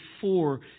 four